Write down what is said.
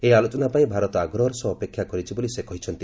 ଏହି ଆଲୋଚନା ପାଇଁ ଭାରତ ଆଗ୍ରହର ସହ ଅପେକ୍ଷା କରିଛି ବୋଲି ସେ କହିଛନ୍ତି